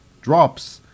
drops